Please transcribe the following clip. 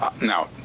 now